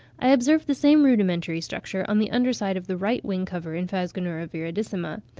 i observed the same rudimentary structure on the under side of the right wing-cover in phasgonura viridissima.